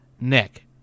Nick